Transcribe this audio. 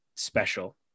special